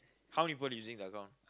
how many people using the account